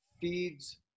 feeds